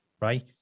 Right